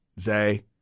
Zay